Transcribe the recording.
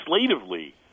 legislatively